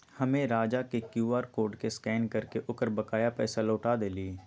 हम्मे राजा के क्यू आर कोड के स्कैन करके ओकर बकाया पैसा लौटा देली